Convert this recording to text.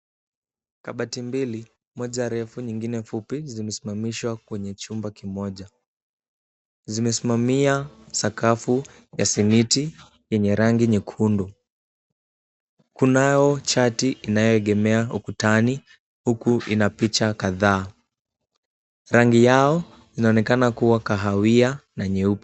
Kabati mbii moja refu na nyingine fupi zimesimamishwa kwenye chumba kimoja. Zimesimamia sakafu ya simiti yenye rangi nyekundu. Kunao chati inayoegemea ukutani huku lina picha kadhaa. Rangi yao inaonekana kuwa kahawia na nyeupe.